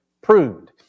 pruned